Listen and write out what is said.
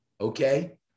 okay